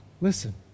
Listen